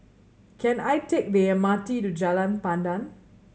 can I take the M R T to Jalan Pandan